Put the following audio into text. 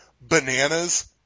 Bananas